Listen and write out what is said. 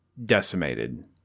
decimated